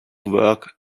work